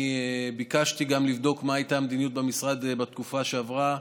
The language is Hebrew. אני ביקשתי גם לבדוק מה הייתה המדיניות במשרד בתקופה שעברה,